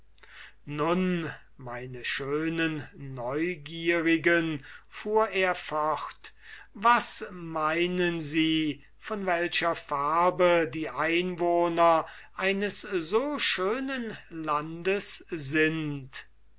nun meine schönen neugierigen fuhr demokritus fort was meinen sie von welcher farbe die einwohner eines so schönen landes sind